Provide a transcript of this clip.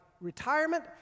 retirement